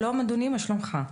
שלום אדוני, מה שלומך?